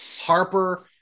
Harper